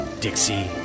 Dixie